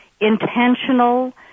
intentional